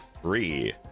three